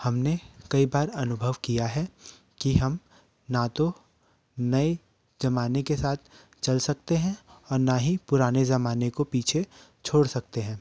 हमने कई बार अनुभव किया है कि हम ना तो नए जमाने के साथ चल सकते हैं और नया ही पुराने जमाने को पीछे छोड़ सकते हैं